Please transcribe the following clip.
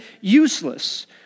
useless